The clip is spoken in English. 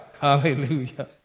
Hallelujah